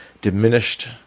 diminished